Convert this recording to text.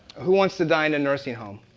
who wants to die in a nursing home?